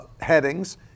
headings